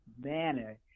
manner